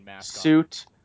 suit